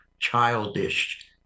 childish